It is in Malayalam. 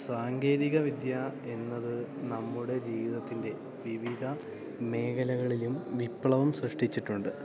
സാങ്കേതികവിദ്യ എന്നത് നമ്മുടെ ജീവിതത്തിൻ്റെ വിവിധ മേഖലകളിലും വിപ്ലവം സൃഷ്ടിച്ചിട്ടുണ്ട്